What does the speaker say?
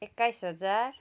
एक्काइस हजार